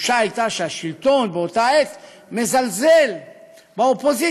התחושה הייתה שהשלטון באותה עת מזלזל באופוזיציה.